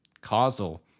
causal